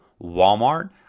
Walmart